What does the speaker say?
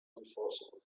unfortunately